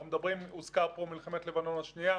הוזכרה פה מלחמת לבנות השנייה,